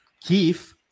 Keith